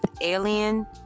Alien